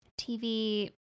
TV